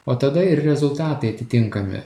o tada ir rezultatai atitinkami